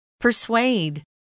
Persuade